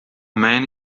man